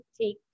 take